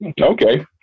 Okay